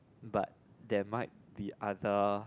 but there might be other